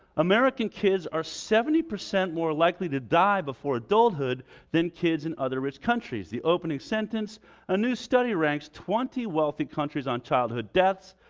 american kids are seventy percent more likely to die before adulthood than kids in other rich countries. the opening sentence a new study ranks twenty wealthy countries on childhood deaths,